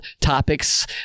topics